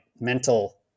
mental